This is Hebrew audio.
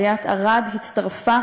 עיריית ערד הצטרפה